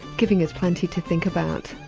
giving us plenty to think about.